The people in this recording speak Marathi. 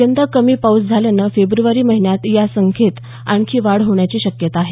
यंदा कमी पाऊस झाल्यानं फेब्रवारी महिन्यात या संख्येत आणखी वाढ होण्याची शक्यता आहे